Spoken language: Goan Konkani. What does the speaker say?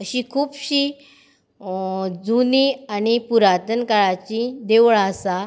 अशीं खुबशीं जुनी आनी पुराथन काळाचीं देवळां आसा